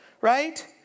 right